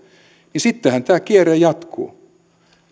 niin sittenhän tämä kierre jatkuu